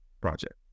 project